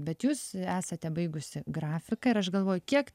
bet jūs esate baigusi grafiką ir aš galvoju kiek